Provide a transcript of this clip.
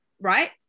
right